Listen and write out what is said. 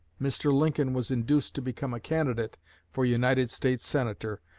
mr. lincoln was induced to become a candidate for united states senator,